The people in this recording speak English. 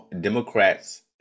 Democrats